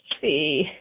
see